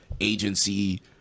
agency